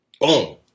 Boom